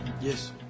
Yes